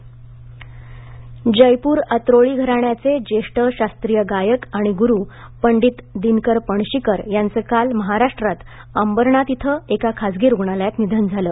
दिनकर पणशीकर निधन जयपूर अत्रोळी घराण्याचे ज्येष्ठ शास्त्रीय गायक आणि गुरु पंडित दिनकर पणशीकर याचं काल महाराष्ट्रात अंबरनाथ इथं एका खाजगी रुग्णालयात निधन झालं